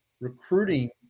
recruiting